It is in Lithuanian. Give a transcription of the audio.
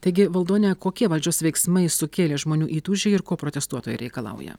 taigi valdone kokie valdžios veiksmai sukėlė žmonių įtūžį ir ko protestuotojai reikalauja